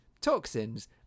toxins